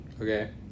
okay